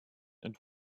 and